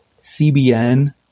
CBN